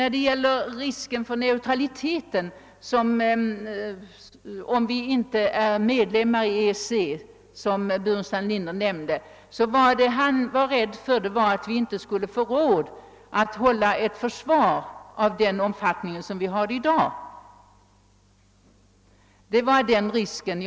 Risken för vår neutralitet om vi inte blir medlemmar i EEC, var herr Burenstam Linder inne på, men han menade då att vi inte skulle få råd att hålla ett neutralitetsförsvar av nuvarande omfattning.